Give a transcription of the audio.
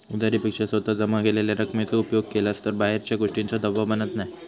उधारी पेक्षा स्वतः जमा केलेल्या रकमेचो उपयोग केलास तर बाहेरच्या गोष्टींचों दबाव बनत नाय